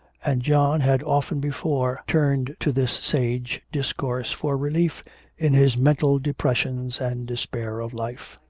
and john had often before turned to this sage discourse for relief in his mental depressions and despair of life.